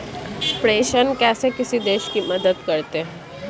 प्रेषण कैसे किसी देश की मदद करते हैं?